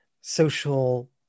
social